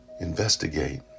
Investigate